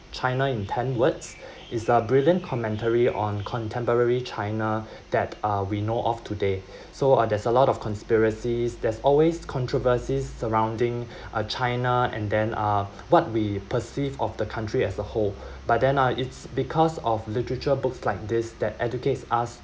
china in ten words is a brilliant commentary on contemporary china that uh we know of today so uh there's a lot of conspiracies there's always controversies surrounding uh china and then uh what we perceive of the country as a whole but then uh it's because of literature books like this that educates us